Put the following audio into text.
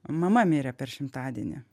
mama mirė per šimtadienį